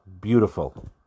Beautiful